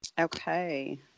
Okay